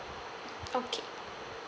okay